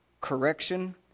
correction